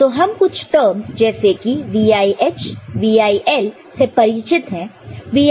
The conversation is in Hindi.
तो हम कुछ टर्मस जैसे कि VIH VIL से परिचित है